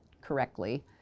correctly